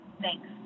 Thanks